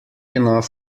enough